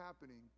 happening